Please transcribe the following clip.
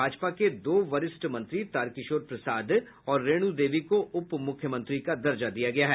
भाजपा के दो वरिष्ठ मंत्री तारकिशोर प्रसाद और रेणु देवी को उपमुख्यमंत्री का दर्जा दिया गया है